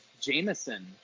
Jameson